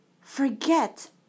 forget